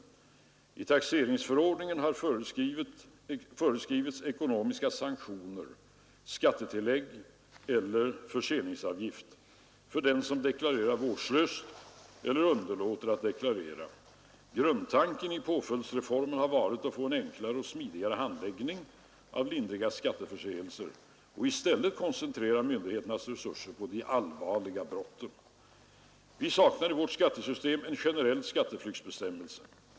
I taxeringsförordningen har föreskrivits ekonomiska sanktioner — skattetillägg eller förseningsavgift — för den som deklarerar vårdslöst eller underlåter att deklarera. Grundtanken i påföljdsreformen har varit att få en enklare och smidigare handläggning av lindriga skatteförseelser och i stället koncentrera myndigheternas resurser på de allvarliga brotten. Vi saknar i vårt skattesystem en generell skatteflyktsbestämmelse.